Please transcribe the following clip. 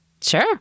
Sure